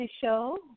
Show